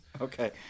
Okay